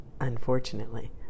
unfortunately